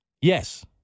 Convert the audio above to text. Yes